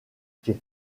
pied